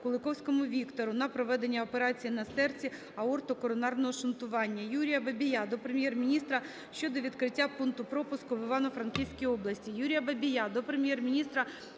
Куликівському Віктору на проведення операції на серці - аортокоронарного шунтування. Юрія Бабія до Прем'єр-міністра щодо відкриття пункту пропуску в Івано-Франківській області.